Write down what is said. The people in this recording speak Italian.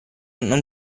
non